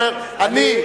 והוא אומר: אני,